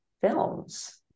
films